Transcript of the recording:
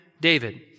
David